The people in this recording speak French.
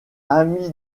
ami